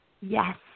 Yes